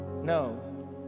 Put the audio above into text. No